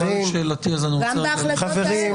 תשובה לשאלתי אז אני רוצה רק --- גם בהחלטות האלה.